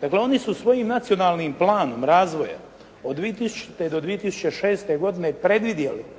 Dakle, oni su svojim nacionalnim planom razvoja od 2000. do 2006. godine predvidjeli